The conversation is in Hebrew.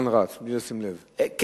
בלי לשים לב, הזמן רץ.